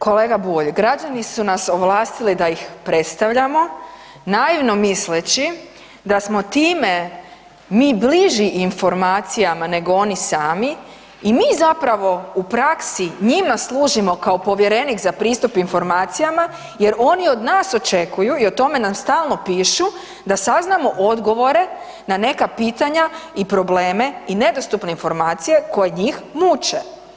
Kolega Bulj, građani su nas ovlastili da ih predstavljamo naivno misleći da smo time mi bliži informacijama nego oni sami i mi zapravo u praksi njima služimo kao povjerenik za pristup informacijama jer oni od nas očekuju i o tome nam stalno pišu da saznamo odgovore na neka pitanja i probleme i nedostupne informacije koje njih muče.